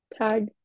tag